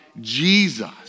Jesus